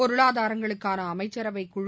பொருளாதாரங்களுக்கான அமைச்சரவைக் குழு